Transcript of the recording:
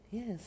Yes